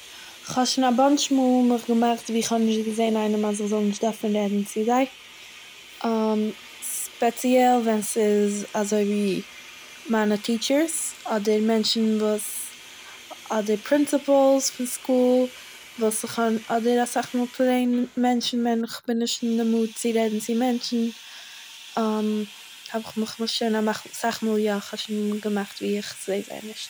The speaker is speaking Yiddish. כ'האב שוין א באנטש מאל געמאכט ווי איך האב נישט געזעהן איינעם אז איך זאל נישט דארפן רעדן צו זיי, ספעציעל ווען ס'איז אזויווי מיינע טיטשערס אדער מענטשן וואס, אדער פרינציפלס פון סקול וואס איך הא- אדער אסאך מאל פלעין מענטשן ווען איך בין נישט אין די מוד צו רעדן צו מענטשן, האב איך מיך שוין געמאכט, אסאך מאל יא, כ'האב שוין געמאכט ווי איך זעה זיי נישט